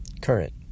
current